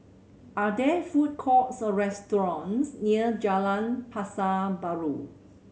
are there food courts or restaurants near Jalan Pasar Baru